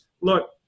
Look